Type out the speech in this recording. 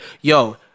yo